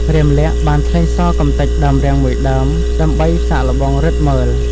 រាមលក្សណ៍បានថ្លែងសរកម្ទេចដើមរាំងមួយដើមដើម្បីសាកល្បងឬទ្ធិមើល។